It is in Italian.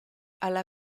alla